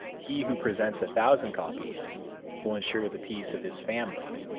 he who presents a thousand copies will insure the peace of his family.